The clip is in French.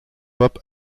hop